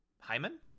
Hyman